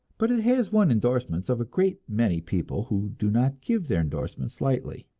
but it has won endorsements of a great many people who do not give their endorsements lightly.